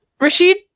Rashid